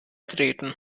treten